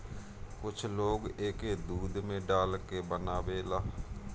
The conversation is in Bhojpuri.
कुछ लोग एके दूध में डाल के बनावेला